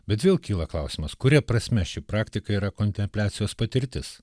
bet vėl kyla klausimas kuria prasme ši praktika yra kontempliacijos patirtis